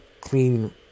clean